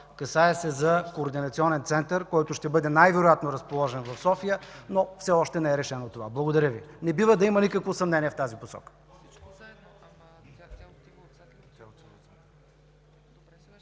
Касае се за координационен център, който ще бъде най-вероятно разположен в София, но все още не е решено това. Благодаря Ви. Не бива да има никакво съмнение в тази посока.